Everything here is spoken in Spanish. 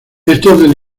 estos